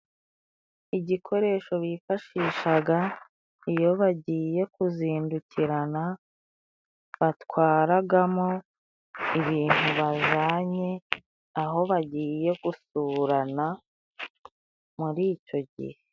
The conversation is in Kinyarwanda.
Igikoresho bifashishaga iyo bagiye kuzindukirana, batwaragamo ibintu bajanye aho bagiye gusurana muri icyo gihe.